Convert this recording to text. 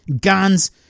guns